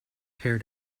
tear